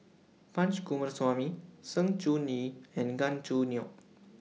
Punch Coomaraswamy Sng Choon Yee and Gan Choo Neo